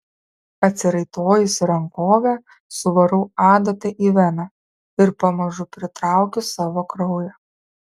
atsiraitojusi rankovę suvarau adatą į veną ir pamažu pritraukiu savo kraujo